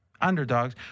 underdogs